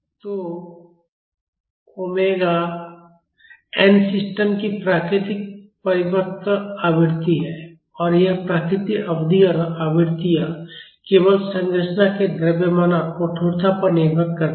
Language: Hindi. तो ओमेगा एन सिस्टम की प्राकृतिक परिपत्र आवृत्ति है और यह प्राकृतिक अवधि और आवृत्तियां केवल संरचना के द्रव्यमान और कठोरता पर निर्भर करती हैं